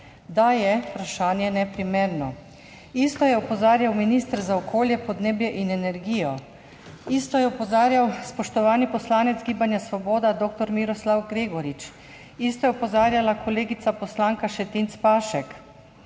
da je vprašanje neprimerno, isto je opozarjal minister za okolje, podnebje in energijo, isto je opozarjal spoštovani poslanec Gibanja svoboda Miroslav Gregorič, isto je opozarjala kolegica poslanka Šetinc Pašek